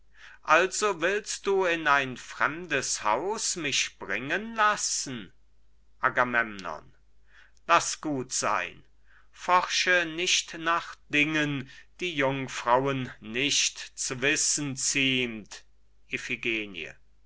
also willst du in ein fremdes haus mich bringen lassen agamemnon laß gut sein forsche nicht nach dingen die jungfrauen nicht zu wissen